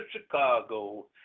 Chicago